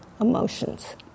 emotions